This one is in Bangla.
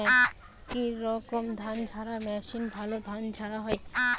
কি রকম ধানঝাড়া মেশিনে ভালো ধান ঝাড়া হয়?